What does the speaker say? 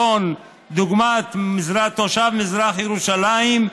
דוגמת תושב מזרח ירושלים,